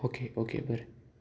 okay okay बरें